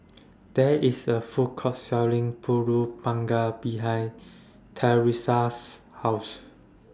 There IS A Food Court Selling Pulut Panggang behind Thresa's House